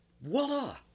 voila